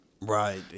Right